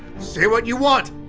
say what you want,